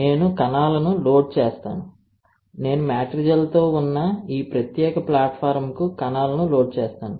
నేను కణాలను లోడ్ చేస్తాను నేను మాట్రిజెల్తో ఉన్న ఈ ప్రత్యేక ప్లాట్ఫారమ్కు కణాలను లోడ్ చేస్తాను